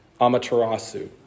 Amaterasu